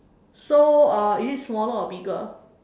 so uh is it smaller or bigger